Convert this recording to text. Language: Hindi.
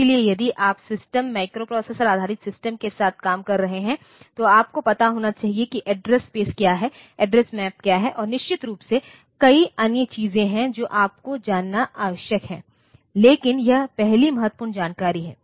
इसलिए यदि आप सिस्टम माइक्रोप्रोसेसर आधारित सिस्टम के साथ काम कर रहे हैं तो आपको पता होना चाहिए कि एड्रेस स्पेस क्या है एड्रेस मैप क्या है और निश्चित रूप से कई अन्य चीजें हैं जो आपको जानना आवश्यक है लेकिन यह पहली महत्वपूर्ण जानकारी है